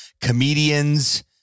Comedians